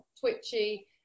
twitchy